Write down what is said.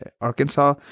Arkansas